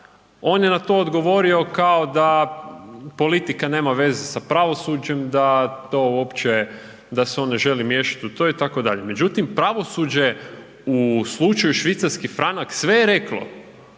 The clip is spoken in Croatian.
on je na to odgovorio kao da politika nema veze sa pravosuđem, da to uopće, da se on ne želi miješati u to, itd. Međutim, pravosuđe u slučaju švicarski franak sve je reklo,